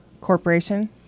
corporation